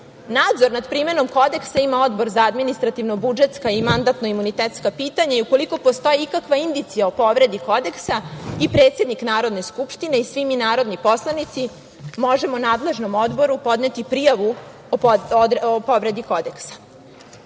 nad primenom kodeksa ima Odbor za administrativno-budžetska i mandatno-imunitetska pitanja i ukoliko postoji ikakva indicija o povredi kodeksa i predsednik Narodne skupštine i svi mi narodni poslanici možemo nadležnom Odboru podneti prijavu o povredi kodeksa,